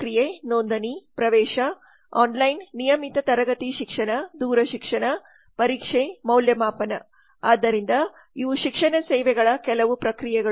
ಪ್ರಕ್ರಿಯೆ ನೋಂದಣಿ ಪ್ರವೇಶ ಆನ್ಲೈನ್ ನಿಯಮಿತ ತರಗತಿ ಶಿಕ್ಷಣ ದೂರಶಿಕ್ಷಣ ಪರೀಕ್ಷೆ ಮೌಲ್ಯಮಾಪನ ಆದ್ದರಿಂದ ಇವು ಶಿಕ್ಷಣ ಸೇವೆಗಳ ಕೆಲವು ಪ್ರಕ್ರಿಯೆಗಳು